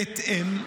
בהתאם,